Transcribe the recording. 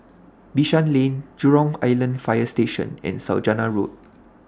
Bishan Lane Jurong Island Fire Station and Saujana Road